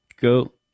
go